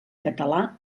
català